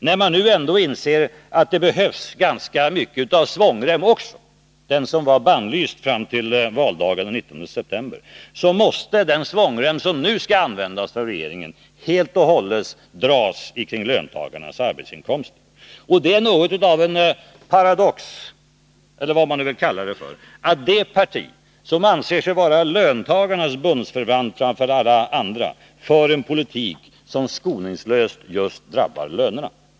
När man nu ändå inser att det behövs ganska mycket svångrem också — den som var bannlyst fram till valdagen den 19 september — måste den svångrem som skall användas av regeringen helt och hållet dras åt kring löntagarnas arbetsinkomster. Det är något av en paradox, eller vad man vill kalla det, att det parti som anser sig vara löntagarnas bundsförvant framför alla andra för en politik som skoningslöst drabbar just lönerna.